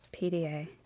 PDA